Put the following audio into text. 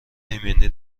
ایمنی